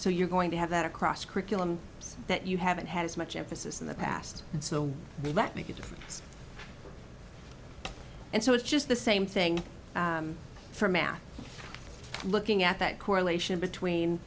so you're going to have that across curriculum that you haven't had as much emphasis in the past and so we let make a difference and so it's just the same thing for math looking at that correlation between